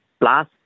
plus